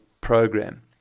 program